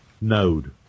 node